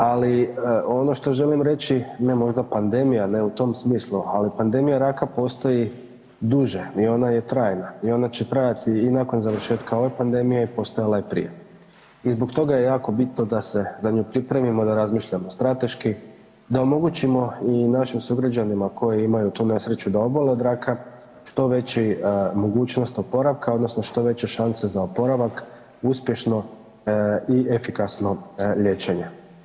Ali ono što želim reći ne možda pandemija ne u tom smislu, ali pandemija raka postoji duže, i ona je trajna, i ona će trajati i nakon završetka ove pandemije i postojala je i prije i zbog toga je jako bitno da se za nju pripremimo, da razmišljamo strateški, da omogućimo i našim sugrađanima koji imaju tu nesreću da obole od raka što veću mogućnost oporavka odnosno što veće šanse za oporavak, uspješno i efikasno liječenje.